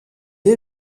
est